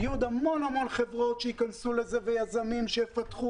יהיו עוד המון חברות שייכנסו לזה ויזמים שיפתחו